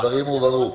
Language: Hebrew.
הדברים הובהרו.